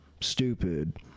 stupid